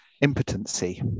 impotency